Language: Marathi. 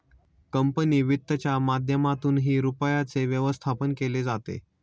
कंपनी वित्तच्या माध्यमातूनही रुपयाचे व्यवस्थापन केले जाते